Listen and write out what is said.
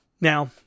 Now